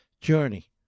journey